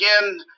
again